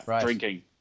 drinking